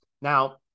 Now